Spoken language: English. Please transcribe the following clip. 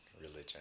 religion